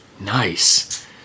nice